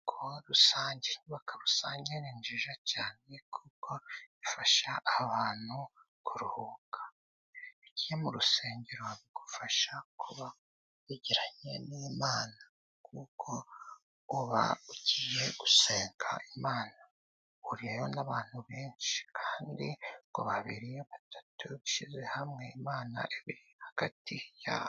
Inyubako rusange, inyubako rusange ni nziza cyane kuko ifasha abantu kuruhuka, iyo ujyiye mu rusengero bigufasha kuba wegeranye n'Imana, kuko uba ugiye gusenga Imana, uhurirayo n'abantu benshi kandi ngo babiri, batatu bishyize hamwe Imana iba iri hagati yabo.